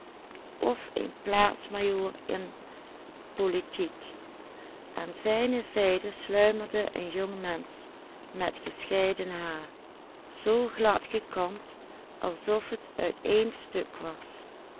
aan zijne zijde sluimerde een jong mensch met gescheiden haar zoo glad gekamd alsof het uit eén stuk was